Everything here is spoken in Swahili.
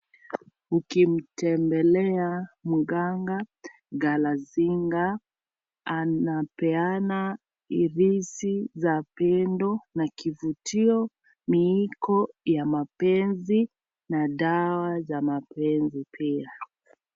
Ukimtembelea mganga kalasinga, anapeana hirizi za pendo na kivutio miiko ya mapenzi na dawa za mapenzi pia.